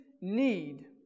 need